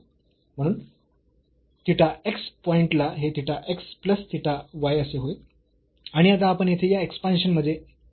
म्हणून So theta x point ला हे theta x plus theta y असे होईल आणि आता आपण येथे या एक्सपांशन मध्ये ठेवू शकतो